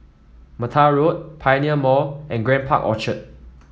Mattar Road Pioneer Mall and Grand Park Orchard